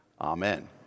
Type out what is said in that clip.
Amen